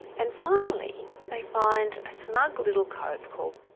and finally they find a snug little cove called,